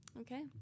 Okay